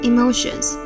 Emotions